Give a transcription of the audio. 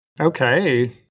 Okay